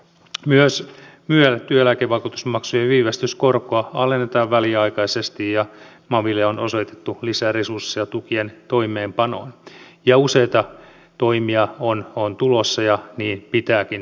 myös myel työeläkevakuutusmaksujen viivästyskorkoa alennetaan väliaikaisesti ja maanviljelijöille on osoitettu lisäresursseja tukien toimeenpanoon ja useita toimia on tulossa ja niin pitääkin tulla